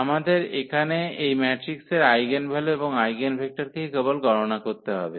আমাদের এখানে এই ম্যাট্রিক্সের আইগেনভ্যালু এবং আইগেনভেক্টরকে কেবল গণনা করতে হবে